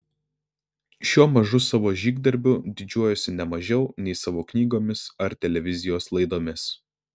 šiuo mažu savo žygdarbiu didžiuojuosi ne mažiau nei savo knygomis ar televizijos laidomis